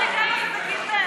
אתה לא נוגע בחזקים באמת.